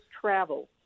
travel